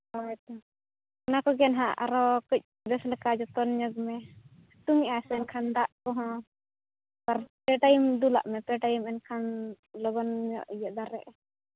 ᱦᱳᱭ ᱛᱚ ᱚᱱᱟ ᱠᱚᱜᱮ ᱦᱟᱸᱜ ᱟᱨᱚ ᱠᱟᱹᱡ ᱵᱮᱥ ᱞᱮᱠᱟ ᱡᱚᱛᱚᱱ ᱧᱚᱜᱽ ᱢᱮ ᱥᱮᱛᱳᱝ ᱮᱫᱟᱭ ᱥᱮ ᱮᱱᱠᱷᱟᱱ ᱫᱟᱜ ᱠᱚᱦᱚᱸ ᱵᱟᱨ ᱯᱮ ᱴᱟᱭᱤᱢ ᱫᱩᱞᱟᱜ ᱢᱮ ᱯᱮ ᱴᱟᱭᱤᱢ ᱮᱱᱠᱷᱟᱱ ᱞᱚᱜᱚᱱ ᱧᱚᱜ ᱫᱟᱨᱮᱜᱼᱟ